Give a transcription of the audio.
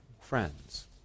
friends